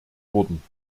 wurden